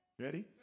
Ready